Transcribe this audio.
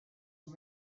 and